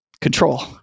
control